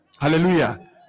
hallelujah